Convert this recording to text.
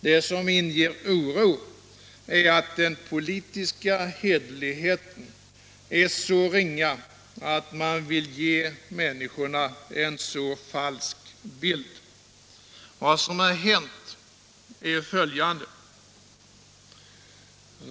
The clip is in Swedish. Det som inger oro är att den politiska hederligheten är så ringa att man vill ge människorna en så falsk bild. Vad som hänt är följande.